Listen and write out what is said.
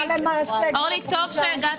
טוב שהגעת